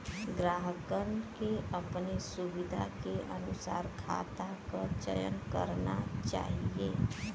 ग्राहकन के अपने सुविधा के अनुसार खाता क चयन करना चाही